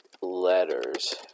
letters